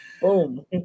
Boom